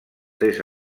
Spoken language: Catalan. tres